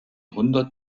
hundert